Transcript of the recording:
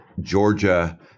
Georgia